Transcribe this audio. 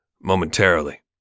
momentarily